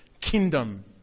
kingdom